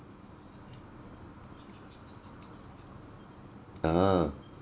ah